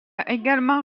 également